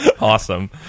Awesome